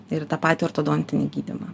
ir tą patį ortodontinį gydymą